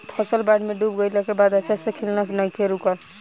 फसल बाढ़ में डूब गइला के बाद भी अच्छा से खिलना नइखे रुकल